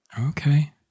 Okay